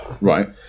Right